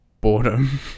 boredom